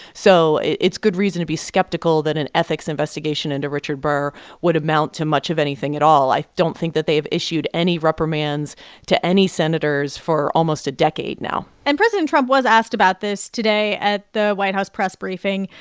so it's good reason to be skeptical that an ethics investigation into richard burr would amount to much of anything at all. i don't think that they've issued any reprimands to any senators for almost a decade now and president trump was asked about this today at the white house press briefing,